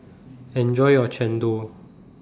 Enjoy your Chendol